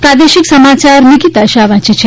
પ્રાદેશિક સમાચાર નિકિતા શાહ વાંચે છે